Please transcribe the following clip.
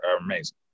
amazing